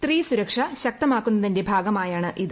സ്ത്രീ സുരക്ഷ ശക്തമാക്കുന്നതിന്റെ ഭാഗമായാണ് ഇത്